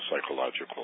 psychological